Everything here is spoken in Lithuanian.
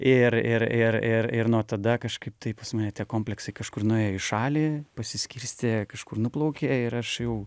ir ir ir ir ir nuo tada kažkaip tai pas mane tie kompleksai kažkur nuėjo į šalį pasiskirstė kažkur nuplaukė ir aš jau